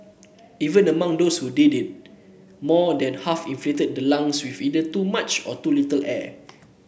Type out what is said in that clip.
even among those who did it more than half inflated the lungs with either too much or too little air